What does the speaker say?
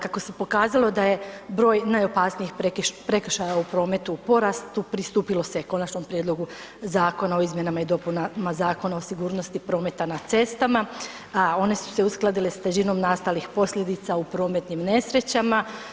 Kako se pokazalo da je broj najopasnijih prekršaja u prometu u porastu pristupilo se je Konačnom prijedlogu Zakona o izmjenama i dopunama Zakona o sigurnosti prometa na cestama, a one su se uskladile s težinom nastalih posljedica u prometnim nesrećama.